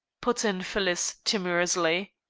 put in phyllis timorously.